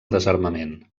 desarmament